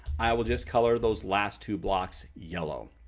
i will just color those last two blocks yellow.